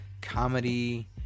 comedy